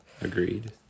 Agreed